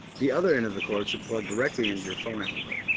the other end of the cord should plug directly into your phone outlet.